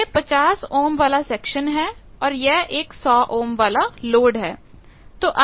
यह 50 ओम वाला सेक्शन है और यह एक 100 ओम वाला लोड है